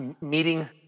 meeting